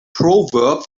proverb